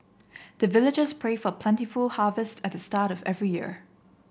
the villagers pray for plentiful harvest at the start of every year